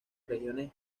regiones